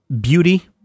Beauty